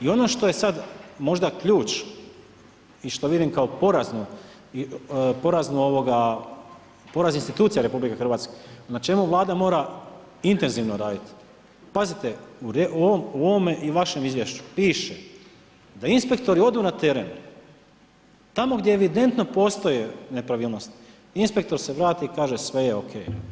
I ono što je sad možda ključ i što vidim kao porazno i poraz institucija RH, na čemu Vlada mora intenzivno raditi, pazite u ovome i vašem izvješću piše da inspektori odu na teren, tamo gdje evidentno postoje nepravilnosti, inspektor se vrati i kaže sve je ok.